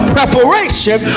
Preparation